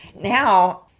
Now